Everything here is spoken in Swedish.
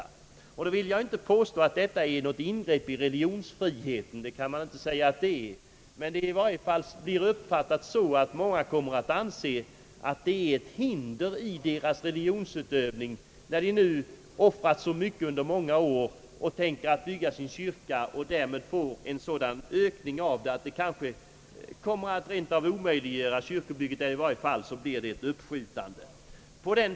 Jag vill inte påstå att investeringsavgiften kan anföras som något ingrepp i religionsfriheten, men förslaget kan i varje fall uppfattas på det sättet, att det innebär ett hinder i religionsutövningen, när församlingsmedlemmarna offrat så mycket under många år för att bygga sin kyrka och nu får en sådan ökning av utgifterna att kyrkobygget omöjliggöres eller i varje fall uppskjutes.